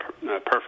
Perfect